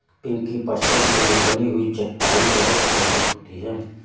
पिंकी पटसन से बनी हुई चटाई बहुत मजबूत होती है